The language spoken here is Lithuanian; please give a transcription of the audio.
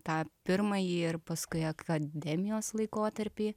tą pirmąjį ir paskui akademijos laikotarpį